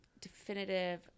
definitive